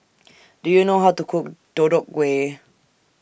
Do YOU know How to Cook Deodeok Gui